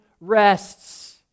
rests